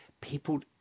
people